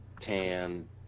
tan